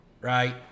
right